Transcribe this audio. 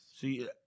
See